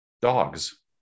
dogs